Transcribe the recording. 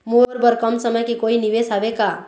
मोर बर कम समय के कोई निवेश हावे का?